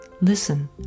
Listen